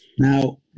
Now